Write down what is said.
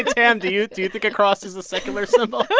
ah tam, do you do you think a cross is a secular symbol?